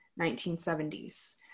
1970s